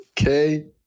Okay